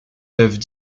peuvent